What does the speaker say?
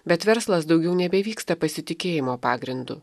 bet verslas daugiau nebevyksta pasitikėjimo pagrindu